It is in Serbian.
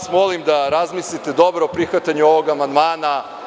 Molim vas da razmislite dobro o prihvatanju ovog amandmana.